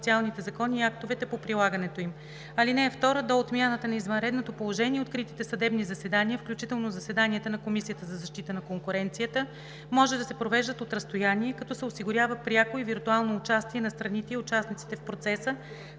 им. (2) До отмяната на извънредното положение откритите съдебни заседания, включително заседанията на Комисията за защита на конкуренцията, може да се провеждат от разстояние, като се осигурява пряко и виртуално участие на страните и участниците в процеса,